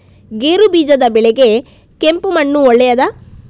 ಗೇರುಬೀಜದ ಬೆಳೆಗೆ ಕೆಂಪು ಮಣ್ಣು ಒಳ್ಳೆಯದಾ?